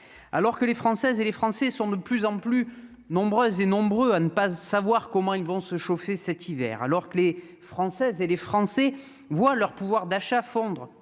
alors que les Françaises et les Français sont de plus en plus nombreuses et nombreux à ne pas savoir comment ils vont se chauffer cet hiver alors que les Françaises et les Français voient leur pouvoir d'achat fondre